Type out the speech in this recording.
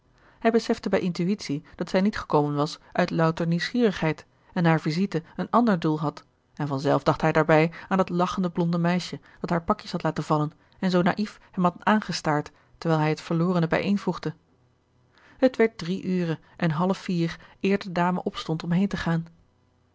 hij besefte bij intuitie dat zij niet gekomen was uit louter nieuwsgierigheid en haar visite een ander doel had en van zelf dacht hij daarbij aan dat lachende blonde meisje dat haar pakjes had laten vallen en zoo naief hem had aangestaard terwijl hij het verlorene bijeenvoegde het werd drie ure en half vier eer de dame opstond om heen te gaan